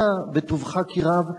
אנא, בטובך כי רב,